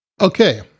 Okay